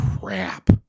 crap